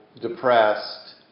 depressed